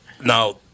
now